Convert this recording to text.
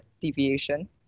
deviation